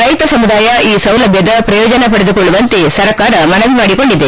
ರೈತ ಸಮುದಾಯ ಈ ಸೌಲಭ್ಯದ ಪ್ರಯೋಜನ ಪಡೆದುಕೊಳ್ಳುವಂತೆ ಸರ್ಕಾರ ಮನವಿ ಮಾಡಿಕೊಂಡಿದೆ